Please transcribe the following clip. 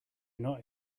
not